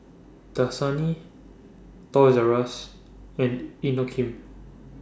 Dasani Toys R US and Inokim